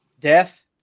Death